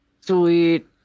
Sweet